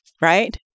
right